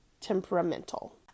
temperamental